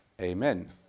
Amen